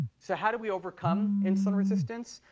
so how do we overcome insulin resistance?